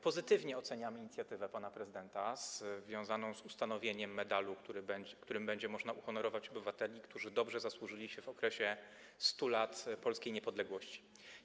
Pozytywnie oceniamy inicjatywę pana prezydenta związaną z ustanowieniem medalu, którym będzie można uhonorować obywateli, którzy dobrze zasłużyli się krajowi podczas 100 lat polskiej niepodległości.